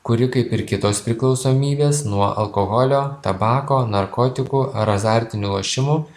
kuri kaip ir kitos priklausomybės nuo alkoholio tabako narkotikų ar azartinių lošimų